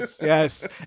Yes